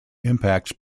impacts